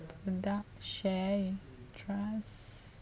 product share unit trust